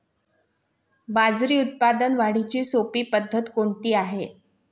बाजरी उत्पादन वाढीची सोपी पद्धत कोणती आहे?